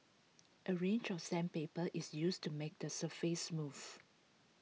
A range of sandpaper is used to make the surface smooth